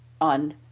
on